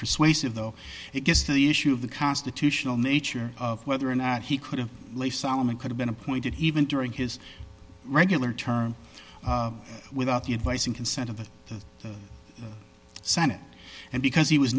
persuasive though it gets to the issue of the constitutional nature of whether or not he could have life solomon could have been appointed even during his regular term without the advice and consent of the senate and because he was